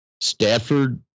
Stafford